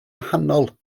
wahanol